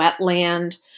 wetland